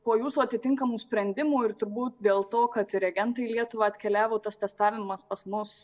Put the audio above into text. po jūsų atitinkamų sprendimų ir turbūt dėl to kad reagentai į lietuvą atkeliavo tas testavimas pas mus